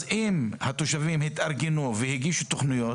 אז אם התושבים התארגנו והגישו תוכניות,